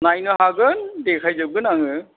नायनो हागोन देखायजोबगोन आङो